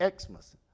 Xmas